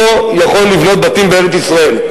לא יכול לבנות בתים בארץ-ישראל.